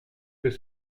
peut